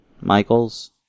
Michaels